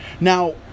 Now